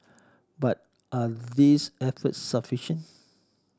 but are these efforts sufficient